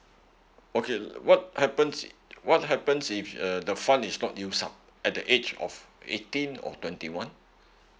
okay what happens is what happens if uh the fund is not used up at the age of eighteen or twenty one